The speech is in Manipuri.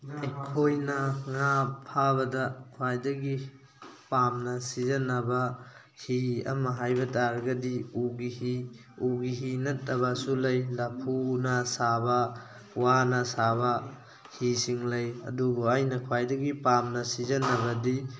ꯑꯩꯈꯣꯏꯅ ꯉꯥ ꯐꯥꯕꯗ ꯈ꯭ꯋꯥꯏꯗꯒꯤ ꯄꯥꯝꯅ ꯁꯤꯖꯤꯟꯅꯕ ꯍꯤ ꯑꯃ ꯍꯥꯏꯕ ꯇꯥꯔꯒꯗꯤ ꯎꯒꯤ ꯍꯤ ꯎꯒꯤ ꯍꯤ ꯅꯠꯇꯕꯁꯨ ꯂꯩ ꯂꯐꯨꯅ ꯁꯥꯕ ꯋꯥꯅ ꯁꯥꯕ ꯍꯤꯁꯤꯡ ꯂꯩ ꯑꯗꯨꯕꯨ ꯑꯩꯅ ꯈ꯭ꯋꯥꯏꯗꯒꯤ ꯄꯥꯝꯅ ꯁꯤꯖꯤꯟꯅꯕꯗꯤ